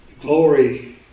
Glory